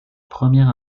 première